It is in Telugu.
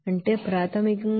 అంటే ప్రాథమికంగా 1237